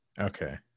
Okay